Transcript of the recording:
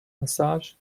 massage